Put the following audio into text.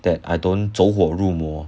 that I don't 走火入魔